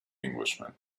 englishman